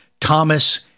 Thomas